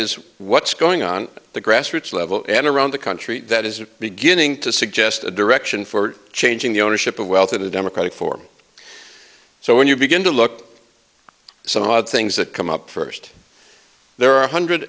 is what's going on the grassroots level and around the country that is beginning to suggest a direction for changing the ownership of wealth in a democratic form so when you begin to look some odd things that come up first there are one hundred